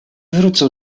wrócę